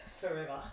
forever